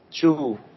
two